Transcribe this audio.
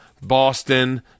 Boston